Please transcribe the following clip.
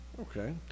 Okay